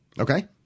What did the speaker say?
Okay